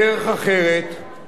ואני אומר לכם: